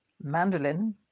Mandolin